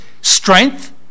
strength